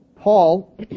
Paul